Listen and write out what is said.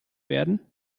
werden